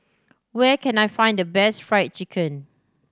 where can I find the best Fried Chicken